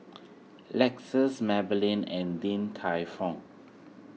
Lexus Maybelline and Din Tai Fung